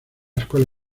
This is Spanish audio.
escuela